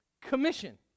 commission